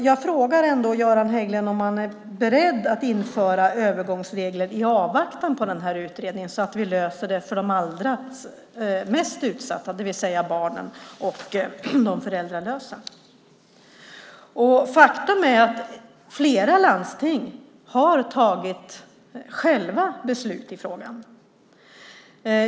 Jag frågar ändå Göran Hägglund om han är beredd att införa övergångsregler i avvaktan på utredningen så att vi löser det för de allra mest utsatta, det vill säga barnen och de föräldralösa. Faktum är att flera landsting själva har fattat beslut i frågan.